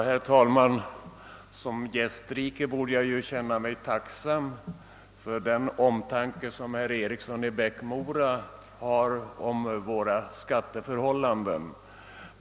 Herr talman! Som gästrike borde jag känna mig tacksam för den omtanke som herr Eriksson i Bäckmora har om våra skatteförhållanden.